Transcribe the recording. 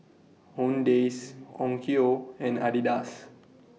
Owndays Onkyo and Adidas